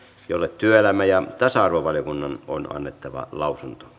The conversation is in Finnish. jolle työelämä ja tasa arvovaliokunnan on annettava lausunto